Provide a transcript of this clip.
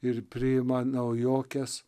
ir priima naujokes